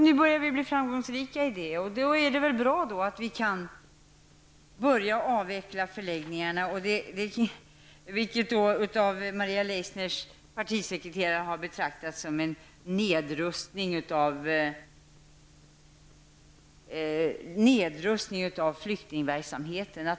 Vi börjar nu bli framgångsrika i det avseendet, och det är väl då bra att vi kan börja avveckla förläggningar, vilket dock av Maria Leissners partisekreterare har betraktats som en nedrustning av flyktingverksamheten.